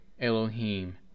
Elohim